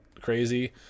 crazy